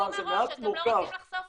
הוא ינחת בישראל,